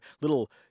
little